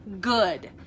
good